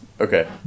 Okay